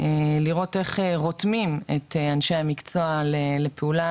לראות איך רותמים את אנשי המקצוע לפעולה